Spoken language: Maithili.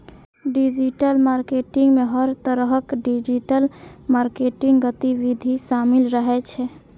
डिजिटल मार्केटिंग मे हर तरहक डिजिटल मार्केटिंग गतिविधि शामिल रहै छै